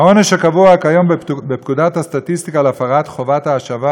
העונש הקבוע כיום בפקודת הסטטיסטיקה על הפרת חובת ההשבה